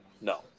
No